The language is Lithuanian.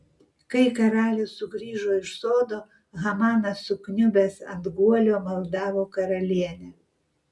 kai karalius sugrįžo iš sodo hamanas sukniubęs ant guolio maldavo karalienę